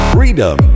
Freedom